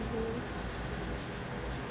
mmhmm